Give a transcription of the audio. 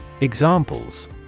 Examples